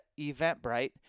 Eventbrite